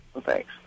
Thanks